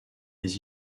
les